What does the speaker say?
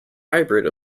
hybrid